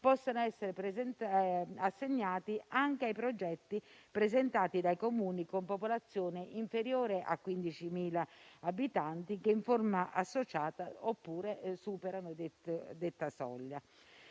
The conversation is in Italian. possono essere assegnati anche ai progetti presentati dai Comuni con popolazione inferiore a 15.000 abitanti che in forma associata superano detta soglia.